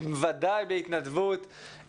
ודאי בהתנדבות,